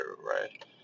right